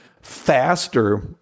faster